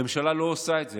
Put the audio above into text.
הממשלה לא עושה את זה,